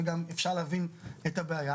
וגם אפשר להבין את הבעיה.